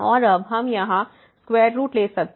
और अब हम यहाँ स्क्वेयर रूट ले सकते हैं